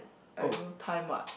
I no time what